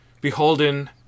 beholden